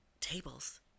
tables